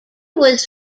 was